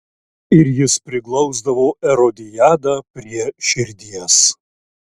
ir jis priglausdavo erodiadą prie širdies